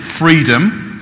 freedom